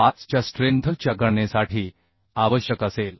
25 च्या स्ट्रेंथ च्या गणनेसाठी आवश्यक असेल